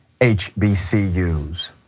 HBCUs